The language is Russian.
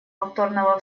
повторного